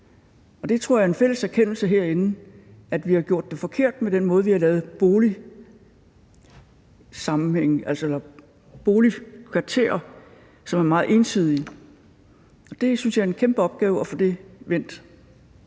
det tror jeg er en fælles erkendelse herinde, altså at vi har gjort det forkert med den måde, vi har lavet boligkvarterer, som er meget ensidige. Det synes jeg er en kæmpe opgave at få vendt.